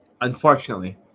Unfortunately